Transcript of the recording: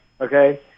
Okay